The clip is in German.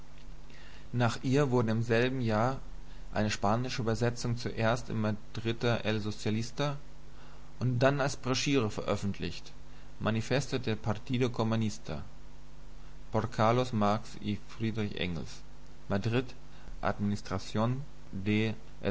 nach ihr wurde im selben jahr eine spanische übertragung zuerst im madrider el socialista und dann als broschüre veröffentlicht manifiesto del partido communista por carlos marx y f engels madrid administracin